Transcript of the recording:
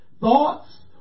thoughts